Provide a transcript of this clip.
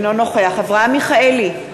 אינו נוכח אברהם מיכאלי,